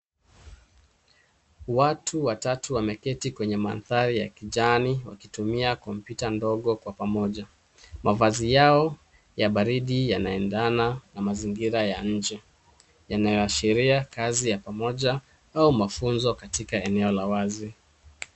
Watu watatu wameketi kwenye mandhari ya kijani wakitumia kompyuta ndogo kwa pamoja. Mavazi yao ya baridi yanaendana na mazingira ya nje yanayoashiria kazi ya pamoja au mafunzo katika eneo la wazi.